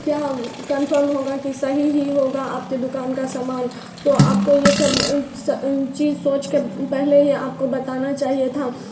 क्या कंफर्म होगा कि सही ही होगा आपकी दुकान का सामान तो आपको ये सब चीज सोच के पहले ही आपको बताना चाहिए था